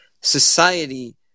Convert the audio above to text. society